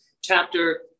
chapter